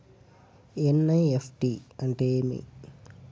NEFT అంటే ఏమి